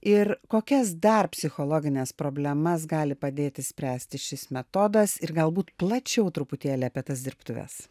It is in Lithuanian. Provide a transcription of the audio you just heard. ir kokias dar psichologines problemas gali padėt išspręsti šis metodas ir galbūt plačiau truputėlį apie tas dirbtuves